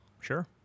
sure